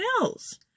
else